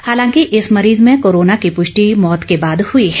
हालांकि इस मरीज में कोरोना की प्रष्टि मौत के बाद हुई है